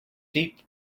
deep